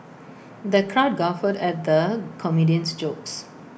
the crowd guffawed at the comedian's jokes